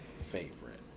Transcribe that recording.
favorite